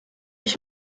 ich